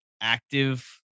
active